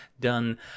done